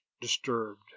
disturbed